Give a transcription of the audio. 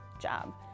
job